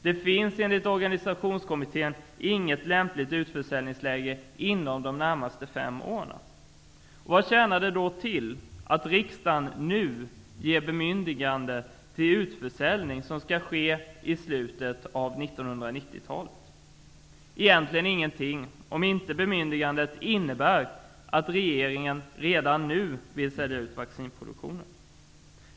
Det finns enligt Organisationskommittén inget lämpligt utförsäljningsläge inom de närmaste fem åren. Vad tjänar det då till att riksdagen nu ger bemyndigande till utförsäljning som skall ske i slutet av 1990-talet? Egentligen ingenting, om bemyndigandet inte innebär att regeringen redan nu vill sälja ut vaccinproduktionen.